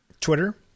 Twitter